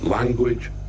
Language